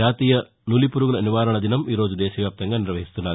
జాతీయ నులిపురుగుల నివారణదినం ఈరోజు దేశ వ్యాప్తంగా నిర్వహిస్తున్నారు